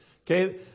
Okay